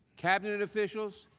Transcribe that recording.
cabinet officials,